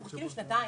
חיכינו שנתיים.